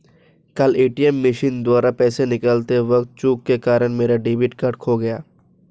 कल ATM machine द्वारा पैसे निकालते वक़्त चूक के कारण मेरा डेबिट कार्ड खो गया